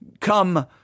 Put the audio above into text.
come